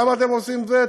למה אתם עושים זה?